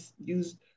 use